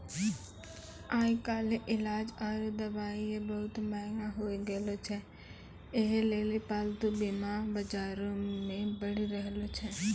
आइ काल्हि इलाज आरु दबाइयै बहुते मंहगा होय गैलो छै यहे लेली पालतू बीमा बजारो मे बढ़ि रहलो छै